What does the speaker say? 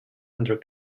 under